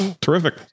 terrific